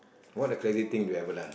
what the crazy thing you ever done